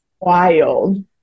Wild